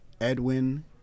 edwin